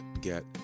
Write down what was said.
get